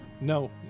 No